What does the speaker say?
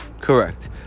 Correct